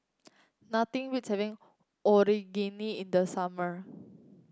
nothing beats having Onigiri in the summer